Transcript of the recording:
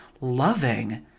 loving